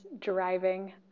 driving